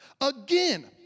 Again